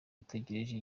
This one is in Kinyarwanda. ategereje